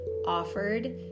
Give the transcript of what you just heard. offered